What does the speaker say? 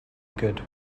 good